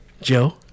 Joe